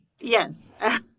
Yes